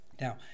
Now